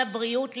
לבריאות,